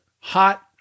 hot